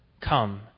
come